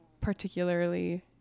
particularly